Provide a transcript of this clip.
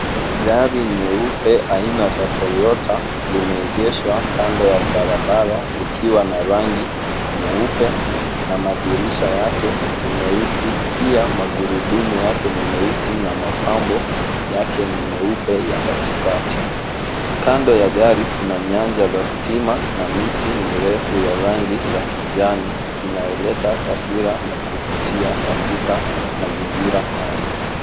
Gari nyeupe aina la Toyota limeegeshwa kando ya barabara likiwa na rangi nyeupe na madirisha yake ni meusi. Pia, magurudumu yake ni meusi na mapambo yake ni meupe ya katikati. Kando ya gari kuna nyanja za stima na miti mirefu ya rangi ya kijani inayoleta taswira ya kuvutia katika mazingira haya.